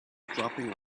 dropping